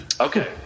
Okay